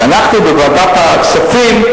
כי אנחנו בוועדת הכספים,